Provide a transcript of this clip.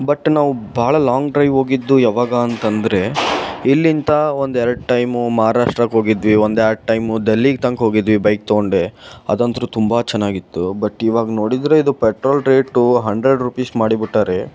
but ನಾವು ಭಾಳ long drive ಹೋಗಿದ್ದು ಯಾವಾಗ ಅಂತಂದರೆ ಇಲ್ಲಿಂದ ಒಂದು ಎರಡು ಟೈಮು ಮಹಾರಾಷ್ಟ್ರಕ್ಕೆ ಹೋಗಿದ್ವಿ ಒಂದು ಎರಡು ಟೈಮು ದೆಲ್ಲಿಗೆ ತನಕ ಹೋಗಿದ್ವಿ ಬೈಕ್ ತೊಗೊಂಡೇ ಅದಂತೂ ತುಂಬ ಚೆನ್ನಾಗಿತ್ತು ಬಟ್ ಇವಾಗ ನೋಡಿದರೆ ಇದು ಪೆಟ್ರೋಲ್ ರೇಟು ಹಂಡ್ರೆಡ್ ರುಪೀಸ್ ಮಾಡಿ ಬಿಟ್ಟಾರೆ